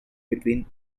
between